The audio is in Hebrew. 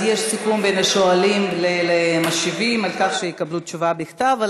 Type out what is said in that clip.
אז יש סיכום בין השואלים למשיבים על כך שיקבלו תשובה בכתב.